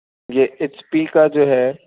H P کا جو ہے